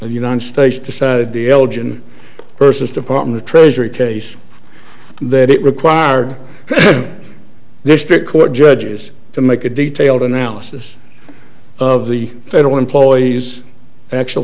the united states decided the elgin versus department of treasury case that it required a district court judges to make a detailed analysis of the federal employees actual